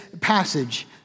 passage